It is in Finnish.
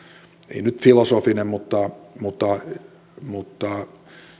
ei nyt filosofinen mutta mutta